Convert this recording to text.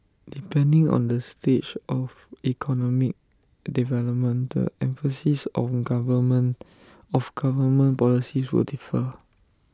depending on the stage of economic development the emphasis of government of government policies will differ